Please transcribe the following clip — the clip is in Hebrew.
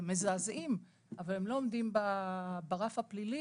הם מזעזעים, אבל הם לא עומדים ברף הפלילי